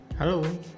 Hello